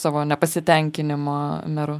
savo nepasitenkinimo meru